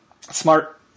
smart